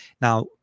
Now